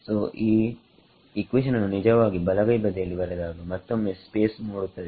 ಸೋಈ equation ಅನ್ನು ನಿಜವಾಗಿ ಬಲಗೈ ಬದಿಯಲ್ಲಿ ಬರೆದಾಗ ಮತ್ತೊಮ್ಮೆ ಸ್ಪೇಸ್ ಮೂಡುತ್ತದೆ